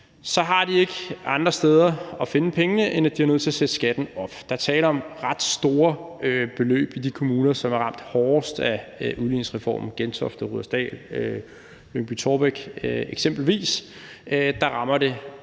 så har de ikke andre steder at finde pengene end ved at sætte skatten op. Der er tale om ret store beløb i de kommuner, som er ramt hårdest af udligningsreformen; i Gentofte, Rudersdal, Lyngby-Taarbæk eksempelvis rammer det